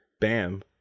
bam